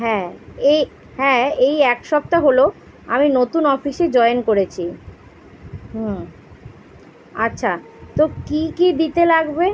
হ্যাঁ এই হ্যাঁ এই এক সপ্তাহ হলো আমি নতুন অফিসে জয়েন করেছি হুম আচ্ছা তো কী কী দিতে লাগবে